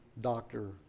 doctor